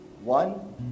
One